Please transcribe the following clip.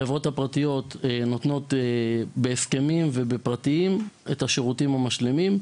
חברות פרטיות שנותנות בהסכמים ובפרטיים את השירותים המשלימים.